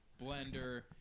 blender